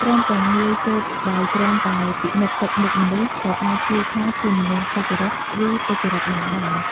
ព្រមទាំងងាយស៊ើបដោយគ្រាន់តែ ពិនិត្យទឹកមុខមនុស្ស ក៏អាចទាយថា ជាមនុស្សសុចរិត ឬទុច្ចរិតបានដែរ។